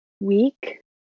week